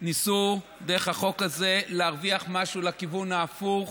ניסו דרך החוק הזה להרוויח משהו לכיוון ההפוך,